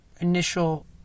initial